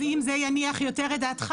אז אם זה יניח יותר את דעתך,